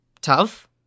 tough